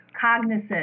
cognizant